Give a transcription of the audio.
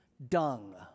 dung